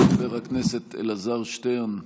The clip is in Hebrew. חבר הכנסת אלעזר שטרן,